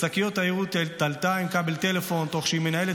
את שקיות העירוי תלתה עם כבל טלפון תוך שהיא מנהלת